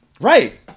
Right